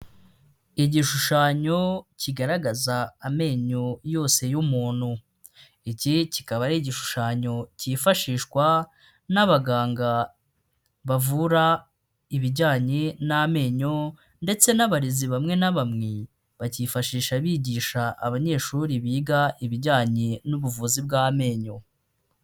Igishushanyo kigaragaza amenyo yose y'umuntu. Iki kikaba ar’igishushanyo cyifashishwa n'abaganga bavura ibijyanye n'amenyo, ndetse n'abarezi bamwe na bamwe bakifashisha bigisha abanyeshuri biga ibijyanye n'ubuvuzi bw'amenyo.